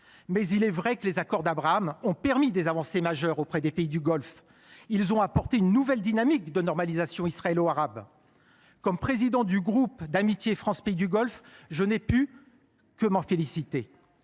Mais il est vrai que les accords d’Abraham ont permis des avancées majeures auprès des pays du Golfe. Ils ont apporté une nouvelle dynamique de normalisation israélo arabe. Comme président du groupe interparlementaire d’amitié France – Pays du Golfe, je n’ai pu que m’en féliciter.